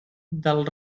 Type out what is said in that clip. del